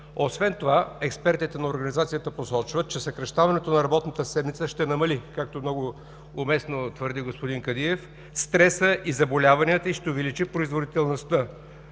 Освен това експертите на Организацията посочват, че съкращаването на работната седмица ще намали, както много уместно твърди господин Кадиев, стреса и заболяванията и ще увеличи производителността.